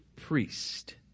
priest